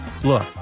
look